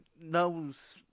knows